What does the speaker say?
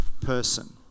person